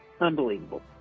Unbelievable